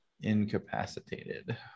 incapacitated